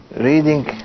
reading